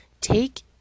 Take